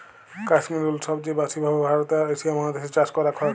Kashmir wool সবচে ব্যাসি ভাবে ভারতে আর এশিয়া মহাদেশ এ চাষ করাক হয়ক